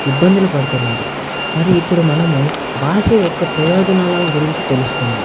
ఇబ్బందులు పడుతున్నారు మరి ఇప్పుడు మనము భాష యొక్క ప్రయోజనాలను గురించి తెలుసుకుందాం